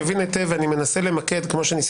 היטב ומנסה להתמקד.